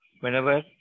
Whenever